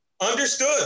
Understood